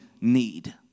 need